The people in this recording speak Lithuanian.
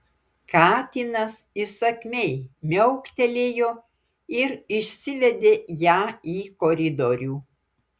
katinas įsakmiai miauktelėjo ir išsivedė ją į koridorių